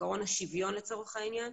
עיקרון השוויון לצורך העניין,